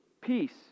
peace